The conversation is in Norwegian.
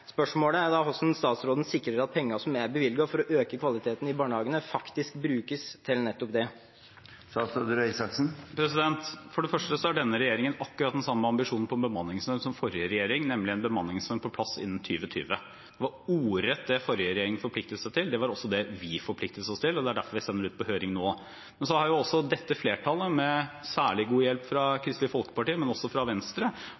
Spørsmålet er da hvordan statsråden sikrer at penger som er bevilget for å øke kvaliteten i barnehagene, faktisk brukes til nettopp det. For det første har denne regjeringen akkurat den samme ambisjonen om bemanningsnorm som forrige regjering, nemlig en bemanningsnorm på plass innen 2020. Det var ordrett det forrige regjering forpliktet seg til. Det var også det vi forpliktet oss til, og det er derfor vi sender det ut på høring nå. Så har også dette flertallet – med særlig god hjelp fra Kristelig Folkeparti, men også fra Venstre